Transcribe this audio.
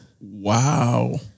Wow